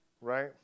Right